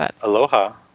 Aloha